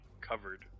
covered